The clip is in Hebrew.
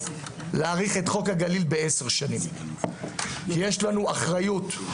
להאריך את חוק הגליל בעשר שנים, כי יש לנו אחריות.